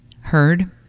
Heard